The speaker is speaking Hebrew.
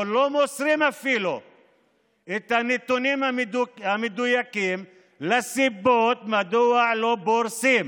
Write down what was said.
או אפילו לא מוסרים את הנתונים המדויקים לסיבות מדוע לא פורסים